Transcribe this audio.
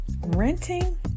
Renting